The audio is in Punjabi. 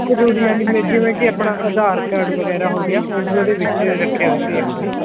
ਜ਼ਰੂਰੀ ਹਾਂਜੀ ਮੈਂ ਜਿਵੇਂ ਕਿ ਆਪਣਾ ਆਧਾਰ ਕਾਰਡ ਵਗੈਰਾ ਹੋ ਗਿਆ ਉਹ ਵੀ ਉਹਦੇ ਵਿੱਚ ਰੱਖੇ ਹੋਏ ਸੀ ਐਕਚੁਲੀ